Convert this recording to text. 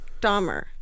Dahmer